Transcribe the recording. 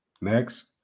Next